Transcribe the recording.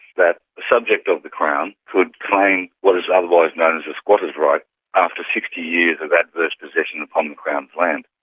that the subject of the crown could claim what is otherwise known as a squatter's right after sixty years of adverse possession upon the crown's land.